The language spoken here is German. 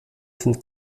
sind